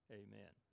amen